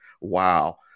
Wow